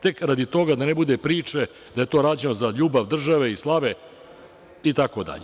Tek radi toga, da ne bude priče da je to rađeno za ljubav države i slave itd.